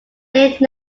late